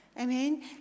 Amen